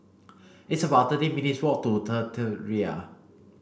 it's about thirteen minutes' walk to the Tiara